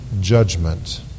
judgment